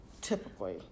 typically